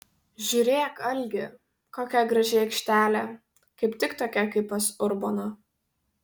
žiūrėk algi kokia graži aikštelė kaip tik tokia kaip pas urboną